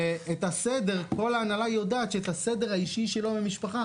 וכל ההנהלה יודעת שאת הסדר האישי שלו למשפחה,